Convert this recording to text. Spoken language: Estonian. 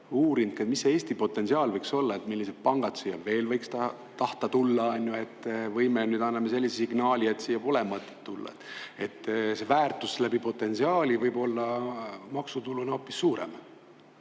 uurinud, mis see Eesti potentsiaal võiks olla? Millised pangad siia veel võiks ta tahta tulla? Või me nüüd anname sellise signaali, et siia pole mõtet tulla? See väärtus läbi potentsiaali võib olla maksutuluna hoopis suurem.